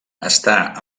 està